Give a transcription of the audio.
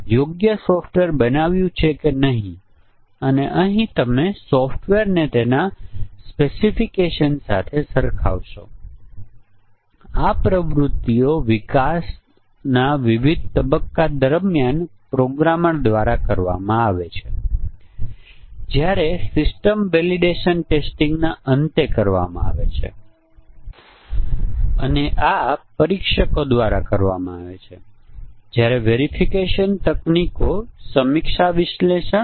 તેથી આપણે શા માટે અહીં અને અહી 1 પસંદ કરીએ છીએ માત્ર એટલું જ નહીં કે આપણે અહીં કોઈપણ મૂલ્ય પસંદ કરી શકીએ છીએ જે ફૉન્ટના પ્રકાર છે ફોન્ટ્સ શૈલી તમે પસંદ કરી શકો છો જે નિયમિત ઇટાલિક બોલ્ડ અથવા બોલ્ડ ઇટાલિક છે અને ફોન્ટનું કદ તેમાં ઘણા કદ લગભગ 30 40 હોઈ શકે છે